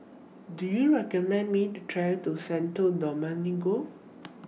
Do YOU recommend Me to travel to Santo Domingo